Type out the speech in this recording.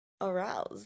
aroused